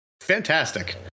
Fantastic